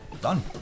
Done